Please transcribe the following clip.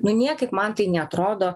nu niekaip man tai neatrodo